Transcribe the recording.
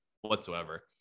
whatsoever